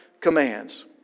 commands